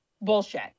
Bullshit